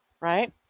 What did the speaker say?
right